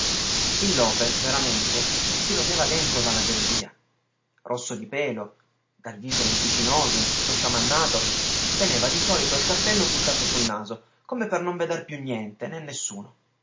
il lopes veramente si rodeva dentro dalla gelosia rosso di pelo dal viso lentigginoso e tutto sciamannato teneva di solito il cappello buttato sul naso come per non veder più niente né nessuno